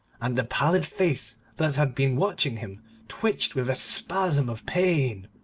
and the pallid face that had been watching him twitched with a spasm of pain.